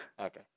Okay